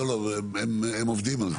הם עובדים בקצב.